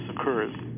occurs